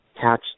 catch